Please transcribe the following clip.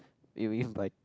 you mean by